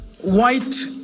white